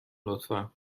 لطفا